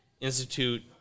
Institute